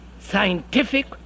scientific